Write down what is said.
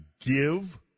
give